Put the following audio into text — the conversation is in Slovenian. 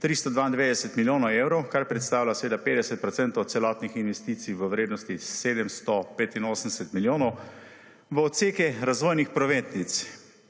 392 milijonov evrov, kar predstavlja seveda 50 % celotnih investicij v vrednosti 785 milijonov, v odseke razvojnih prometnic,